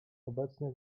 obecnie